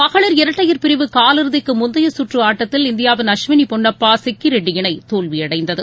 மகளிர் இரட்டையர் பிரிவு காலிறுதிக்கு முந்தைய கற்று ஆட்டத்தில் இந்தியாவின் அஸ்வினி பொன்னப்பா சிக்கி ரெட்டி இணை தோல்வி அடைந்தது